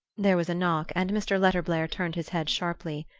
there was a knock, and mr. letterblair turned his head sharply.